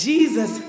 Jesus